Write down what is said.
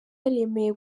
yaremeye